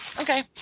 okay